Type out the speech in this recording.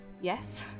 Yes